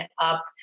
up